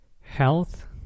Health